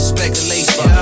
Speculation